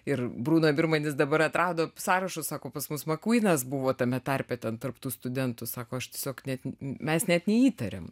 ir bruno birmanis dabar atrado sąrašus sako pas mus makvynas buvo tame tarpe ten tarp tų studentų sako aš tiesiog net mes net neįtarėm